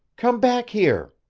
come back here!